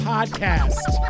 Podcast